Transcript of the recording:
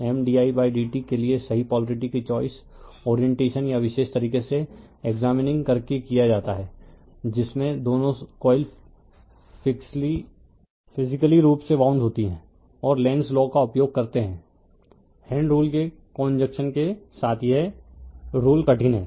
M didt के लिए सही पोलारिटी की चॉइस ओरिएंटेशन या विशेष तरीके से एक्सामिनिंग करके किया जाता है जिसमें दोनों कॉइल फिसिक्ली रूप से वाउंड होती हैं और लेंज़ लॉ Lenz's law का उपयोग करते हैं हैण्ड रूल के कंजक्शन के साथ यह रूल कठिन है